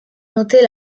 noter